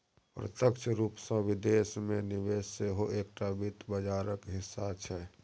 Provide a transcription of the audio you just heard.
प्रत्यक्ष रूपसँ विदेश मे निवेश सेहो एकटा वित्त बाजारक हिस्सा छै